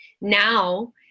Now